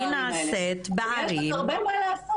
היא נעשית בערים --- ויש עוד הרבה מה לעשות.